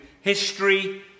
history